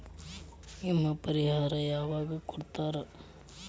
ವಿಮೆ ಪರಿಹಾರ ಯಾವಾಗ್ ಕೊಡ್ತಾರ?